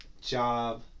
job